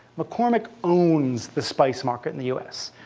mccormick owns the spice market in the us.